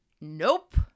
Nope